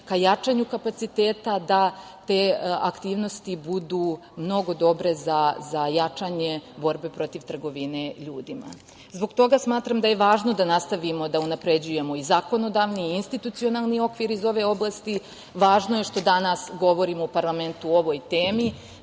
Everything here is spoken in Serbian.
ka jačanju kapaciteta da te aktivnosti budu mnogo dobre za jačanje borbe protiv trgovine ljudima. Zbog toga smatram da je važno da nastavimo da unapređujemo i zakonodavni i institucionalni okvir iz ove oblasti. Važno je što danas govorimo u parlamentu o ovoj temi.